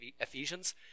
Ephesians